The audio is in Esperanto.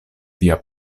via